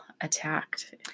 attacked